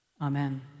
Amen